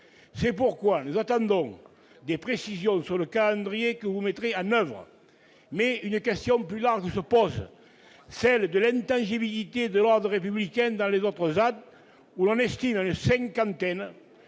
C'est pourquoi nous attendons des précisions sur le calendrier que vous mettrez en oeuvre. Mais une question plus large se pose : celle de l'intangibilité de l'ordre républicain dans les autres ZAD placées sous la